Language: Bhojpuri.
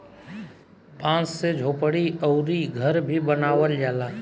बांस से झोपड़ी अउरी घर भी बनावल जाला